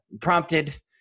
Prompted